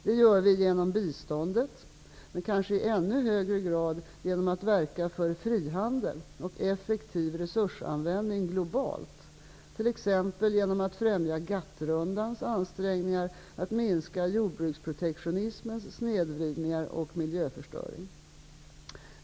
Det gör vi genom biståndet, men kanske i ännu högre grad genom att verka för frihandel och effektiv resursanvändning globalt, t.ex. genom att främja GATT-rundans ansträngningar att minska jordbruksprotektionismens snedvridningar och miljöförstöring.